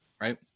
right